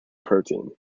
protein